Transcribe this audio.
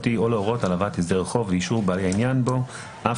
או להורות על הבאת הסדר החוב לאישור בעלי העניין בו אף